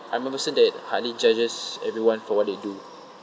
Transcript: I'm a person that hardly judges everyone for what they do